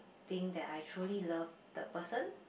think that I truly love the person